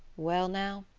well now,